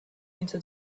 into